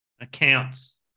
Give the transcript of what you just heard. accounts